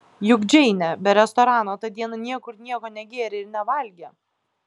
juk džeinė be restorano tą dieną niekur nieko negėrė ir nevalgė